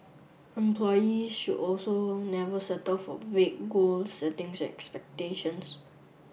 employees should also never settle for vague goal settings and expectations